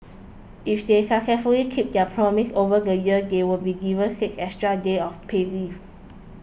if they successfully keep their promise over the year they'll be given six extra days of paid leave